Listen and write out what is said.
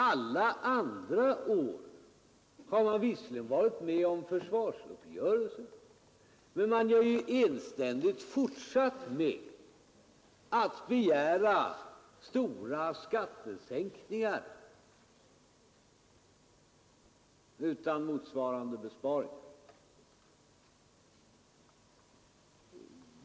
Alla andra år har moderata samlingspartiet visserligen varit med om försvarsuppgörelserna, men man har enständigt fortsatt med att begära stora skattesänkningar utan att föreslå motsvarande besparingar.